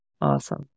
awesome